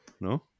No